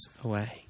away